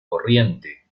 corriente